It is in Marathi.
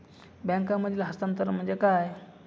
बँकांमधील हस्तांतरण म्हणजे काय?